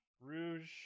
rouge